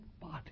body